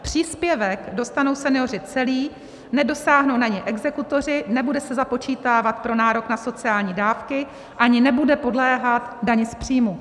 Příspěvek dostanou senioři celý, nedosáhnou na něj exekutoři, nebude se započítávat pro nárok na sociální dávky ani nebude podléhat dani z příjmu.